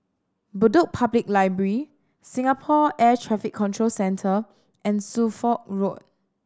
Bedok Public Library Singapore Air Traffic Control Centre and Suffolk Road